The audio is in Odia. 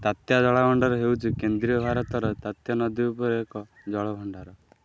ତାତ୍ୟା ଜଳଭଣ୍ଡାର ହେଉଛି କେନ୍ଦ୍ରୀୟ ଭାରତର ତାତ୍ୟା ନଦୀଉପରେ ଏକ ଜଳଭଣ୍ଡାର